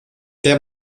der